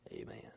Amen